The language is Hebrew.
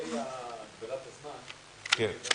לגבי הגבלת הזמן,